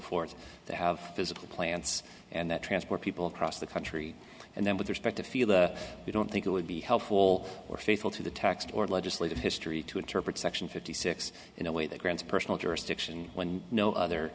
forth to have physical plants and that transport people across the country and then with respect to feel or we don't think it would be helpful or faithful to the text or legislative history to interpret section fifty six in a way that grants personal jurisdiction when no other